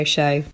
Show